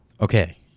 Okay